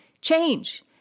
change